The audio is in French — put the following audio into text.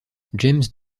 james